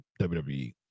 WWE